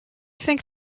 think